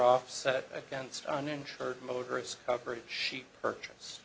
offset against uninsured motorists coverage she purchase